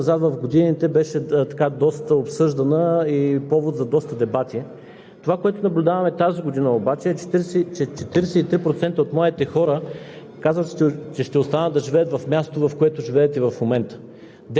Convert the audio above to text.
45% от тях смятат, че ще продължат образованието си в България. Тук идва моментът, в който трябва да поговорим и за миграцията. Една тема, която назад в годините беше доста обсъждана и е повод за доста дебати.